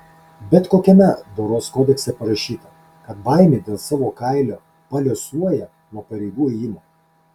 bet kokiame doros kodekse parašyta kad baimė dėl savo kailio paliuosuoja nuo pareigų ėjimo